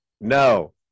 no